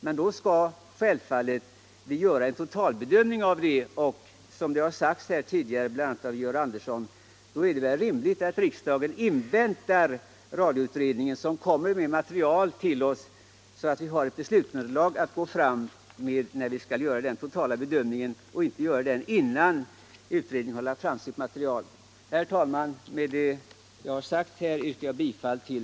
Men då skall vi givetvis göra en totalbedömning, och då är det väl - som bland andra herr Andersson i Lycksele har sagt — rimligt att riksdagen inväntar radioutredningen, som lägger fram material för oss, så att vi har beslutsunderlag när vi skall göra den totala bedömningen och inte gör den innan utredningen har lagt fram sitt material.